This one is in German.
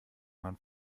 man